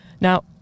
Now